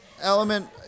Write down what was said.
element